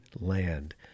land